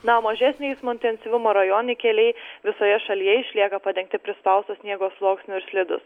na o mažesnio eismo intensyvumo rajoniai keliai visoje šalyje išlieka padengti prispausto sniego sluoksniu ir slidūs